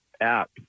app